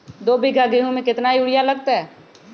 दो बीघा गेंहू में केतना यूरिया लगतै?